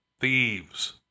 thieves